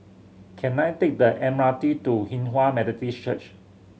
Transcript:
can I take the M R T to Hinghwa Methodist Church